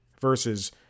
Versus